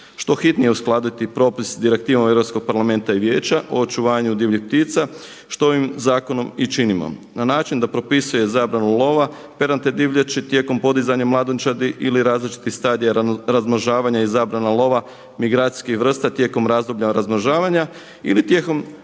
što hitnije uskladiti propis Direktivom Europskog parlamenta i Vijeća o očuvanju divljih ptica što ovim zakonom i činimo na način da propisuje zabranu lova, pernate divljači tijekom podizanja mladunčadi ili različitih stadija razmnožavanja i zabrana lova migracijskih vrsta tijekom razdoblja razmnožavanja ili tijekom